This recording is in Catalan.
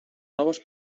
noves